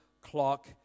clock